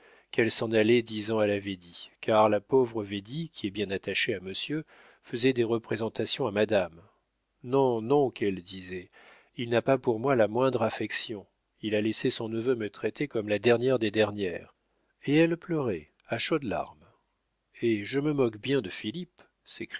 qu'elle s'en allait disant à la védie car la pauvre védie qui est bien attachée à monsieur faisait des représentations à madame non non qu'elle disait il n'a pas pour moi la moindre affection il a laissé son neveu me traiter comme la dernière des dernières et elle pleurait à chaudes larmes eh je me moque bien de philippe